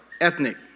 ethnic